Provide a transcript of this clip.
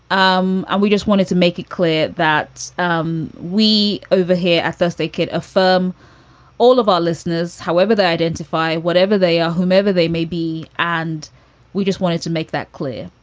um and we just wanted to make it clear that um we over here, at first, they could affirm all of our listeners, however they identify whatever they are, whomever they may be. and we just wanted to make that clear.